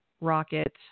Rocket